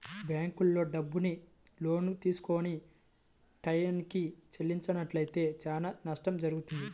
బ్యేంకుల్లో డబ్బుని లోనుగా తీసుకొని టైయ్యానికి చెల్లించనట్లయితే చానా నష్టం జరుగుద్ది